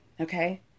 Okay